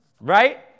Right